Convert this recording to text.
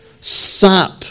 sap